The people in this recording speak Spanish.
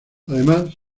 además